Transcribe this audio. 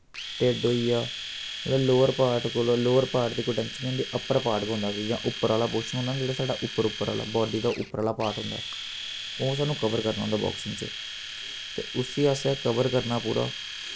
ढिड्ड होई आ मतलब लोअर पार्ट कोला लोअर पार्ट दी कोई टैंशन निं होंदी अप्पर पार्ट गै होंदा ते जां उप्पर आह्ला पोर्शन होंदा निं जेह्ड़ा साढ़ा उप्पर उप्पर आह्ला बाडी दा उप्पर आह्ला पार्ट होंदा ओह् सानू कवर करना होंदा बाक्सिंग च ते उस्सी असें कवर करना पूरा